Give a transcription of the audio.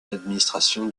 d’administration